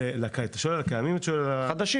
אתה שואל על הקיימים או על החדשים?